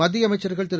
மத்திய அமைச்சர்கள் திரு